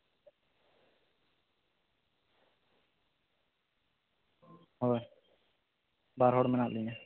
ᱦᱳᱭ ᱵᱟᱨ ᱦᱚᱲ ᱢᱮᱱᱟᱜ ᱞᱤᱧᱟᱹ